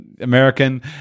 American